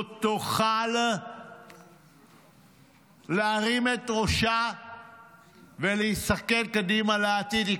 היא לא תוכל להרים את ראשה ולהסתכל קדימה אל העתיד.